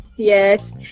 yes